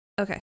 Okay